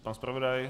Pan zpravodaj?